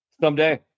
someday